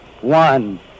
one